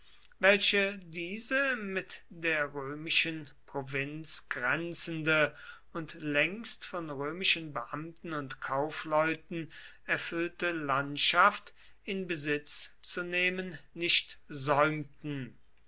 welche diese mit der römischen provinz grenzende und längst von römischen beamten und kaufleuten erfüllte landschaft in besitz zu nehmen nicht säumten